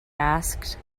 asked